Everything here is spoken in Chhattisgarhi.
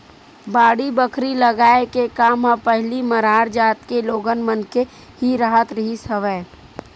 बाड़ी बखरी लगाए के काम ह पहिली मरार जात के लोगन मन के ही राहत रिहिस हवय